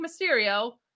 Mysterio